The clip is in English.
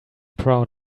proud